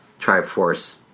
Triforce